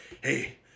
hey